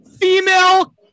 female